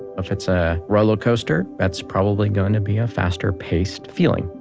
if it's a roller coaster, that's probably gonna be a faster paced feeling.